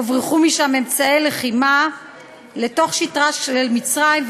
הוברחו משם אמצעי לחימה לתוך שטחה של מצרים,